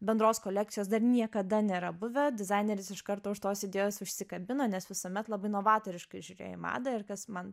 bendros kolekcijos dar niekada nėra buvę dizaineris iš karto už tos idėjos užsikabino nes visuomet labai novatoriškai žiūrėjo į madą ir kas man